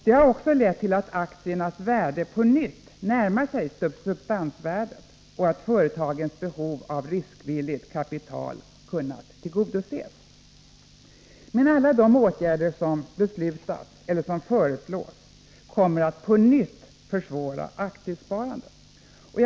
De har också lett till att aktiernas värde på nytt närmar sig substansvärdet och att företagens behov av riskvilligt kapital kunnat tillgodoses. Men alla de åtgärder som beslutats eller som föreslås kommer att på nytt försvåra aktiesparandet.